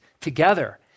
together